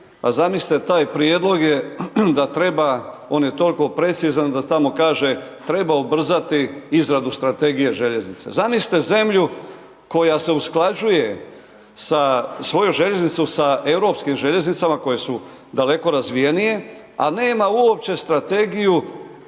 a zamislite taj prijedlog je da treba on je tolko precizan da tamo kaže, treba ubrzati izradu strategije željeznice. Zamislite zemlju koja se usklađuje sa, svoju željeznicu sa europskim željeznicama koje su daleko razvijenije, a nema uopće strategiju